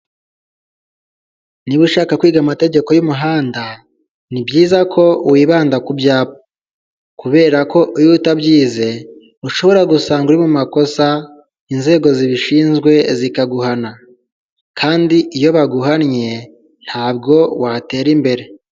Niba ushaka kwiga amategeko y'umuhanda, ni byiza ko wibanda ku byapa, kubera ko iyo utabyize, ushobora gusanga uri mu makosa, inzego zibishinzwe zikaguhana kandi iyo baguhannye ntabwo watera imbere.